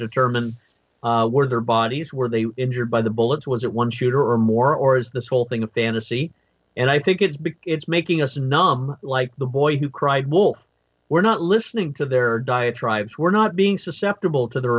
determine where their bodies were they were injured by the bullets was it one shooter or more or is this whole thing a fantasy and i think it's big it's making us numb like the boy who cried wolf we're not listening to their diatribes we're not being susceptible to their